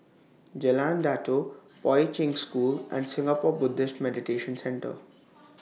Jalan Datoh Poi Ching School and Singapore Buddhist Meditation Centre